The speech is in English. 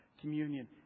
communion